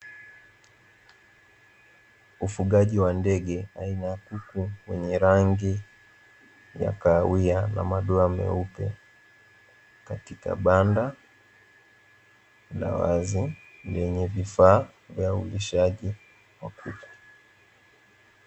Ufugaji wa ndege aina ya kuku wenye rangi ya kahawia na madoa meupe, katika banda la wazi lenye vifaa vya ulishaji wa kuku.